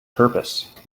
purpose